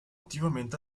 attivamente